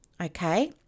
okay